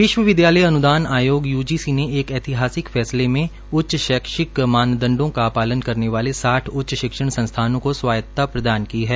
विश्वविद्यालय अन्दान आयोग यूजीसी ने एक ऐतिहासिक फैसले में उच्च शैक्षिक मानदंडों का पालन करने वाले साठ उच्च शिक्षण को स्वायतता प्रदान की है